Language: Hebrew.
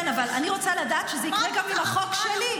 כן, אבל אני רוצה לדעת שזה יקרה גם עם החוק שלי.